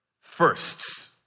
firsts